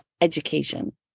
education